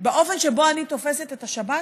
באופן שבו אני תופסת את השבת,